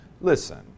listen